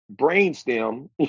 brainstem